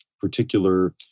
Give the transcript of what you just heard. particular